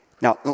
Now